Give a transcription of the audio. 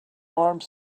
armed